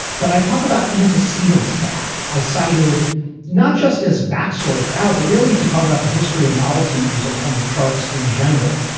but i talk about antecedence to al. i cited not just his backstory for al, but really to talk about the history of novelty music on the charts in general.